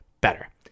better